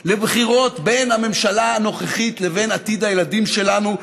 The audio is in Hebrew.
לבחירות בין הממשלה הנוכחית לבין עתיד הילדים שלנו,